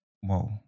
whoa